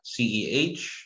CEH